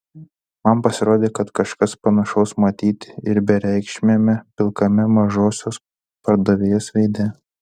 man pasirodė kad kažkas panašaus matyti ir bereikšmiame pilkame mažosios padavėjos veide